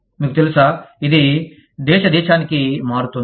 మీకు తెలుసా ఇది దేశ దేశానికి మారుతుంది